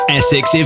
Essex